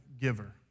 giver